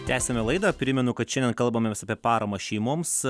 tęsiame laidą primenu kad šiandien kalbamės apie paramą šeimoms